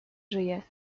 żyje